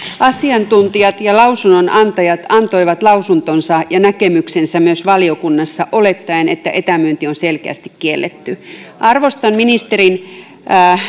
asiantuntijat ja lausunnonantajat antoivat lausuntonsa ja näkemyksensä myös valiokunnassa olettaen että etämyynti on selkeästi kielletty arvostan ministerin